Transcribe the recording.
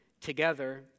together